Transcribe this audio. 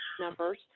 numbers